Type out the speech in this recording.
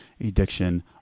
addiction